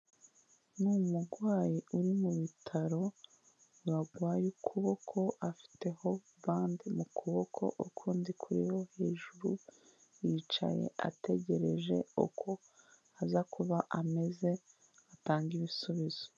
Ni umurwayi uri mu bitaro warwaye ukuboko, afiteho bande mu kuboko ukundi kuri ho hejuru. Yicaye ategereje uko aza kuba ameze atange ibisubizo.